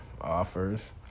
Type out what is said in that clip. offers